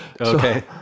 Okay